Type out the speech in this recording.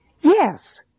Yes